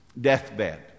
deathbed